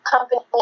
Company